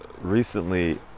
recently